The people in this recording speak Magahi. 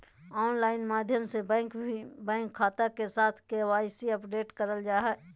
ऑनलाइन माध्यम से भी बैंक खाता के साथ के.वाई.सी अपडेट करल जा हय